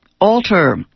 alter